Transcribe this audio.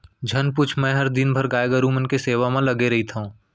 झन पूछ मैंहर दिन भर गाय गरू मन के सेवा म लगे रइथँव